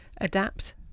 adapt